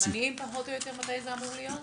יש לוחות זמנים של מתי פחות או יותר זה אמור לקרות?